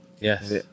Yes